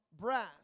brass